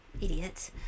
Idiot